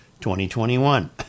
2021